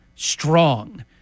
strong